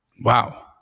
Wow